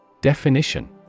Definition